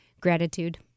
gratitude